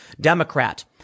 Democrat